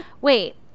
wait